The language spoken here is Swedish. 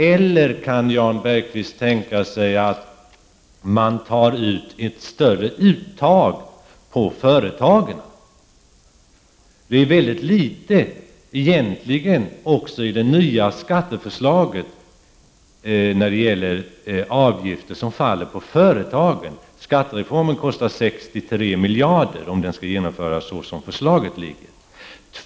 Eller kan Jan Bergqvist tänka sig ett större uttag från företagen? Det är egentligen — även i det nya skatteförslaget — en väldigt liten del av avgifterna som faller på företagen. Skattereformen kostar 63 miljarder, om den skall genomföras i enlighet med det liggande förslaget.